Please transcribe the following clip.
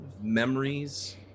memories